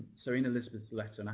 so in elizabeth's letter,